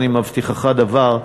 אני מבטיחך דבר,